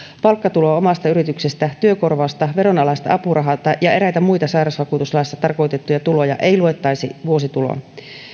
palkkatuloa omasta yrityksestä työkorvausta veronalaista apurahaa ja eräitä muita sairausvakuutuslaissa tarkoitettuja tuloja ei luettaisi vuosituloon